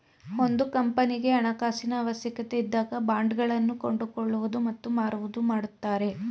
ಒಂದು ಕಂಪನಿಗೆ ಹಣಕಾಸಿನ ಅವಶ್ಯಕತೆ ಇದ್ದಾಗ ಬಾಂಡ್ ಗಳನ್ನು ಕೊಂಡುಕೊಳ್ಳುವುದು ಮತ್ತು ಮಾರುವುದು ಮಾಡುತ್ತಾರೆ